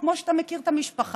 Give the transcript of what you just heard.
כמו שאתה מכיר את המשפחה,